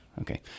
Okay